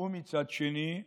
ומצד שני,